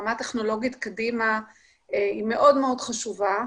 ברמה טכנולוגית קדימה היא מאוד חשובה.